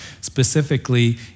specifically